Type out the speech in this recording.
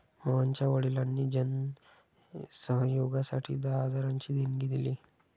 मोहनच्या वडिलांनी जन सहयोगासाठी दहा हजारांची देणगी दिली